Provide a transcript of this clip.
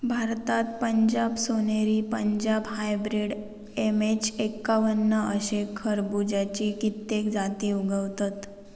भारतात पंजाब सोनेरी, Punjab hybrid, MH एक्कावन्न अशे खरबुज्याची कित्येक जाती उगवतत